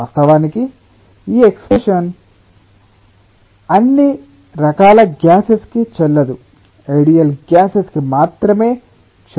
వాస్తవానికి ఈ ఎక్స్ప్రెషన్ అన్ని రకాల గ్యాసేస్ కి చెల్లదు ఐడియల్ గ్యాసెస్ కి మాత్రమే చెల్లుతుంది